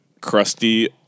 crusty